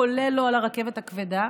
כולל לא על הרכבת הכבדה